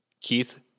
Keith